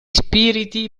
spiriti